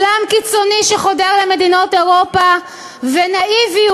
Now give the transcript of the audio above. אסלאם קיצוני שחודר למדינות אירופה ונאיביות.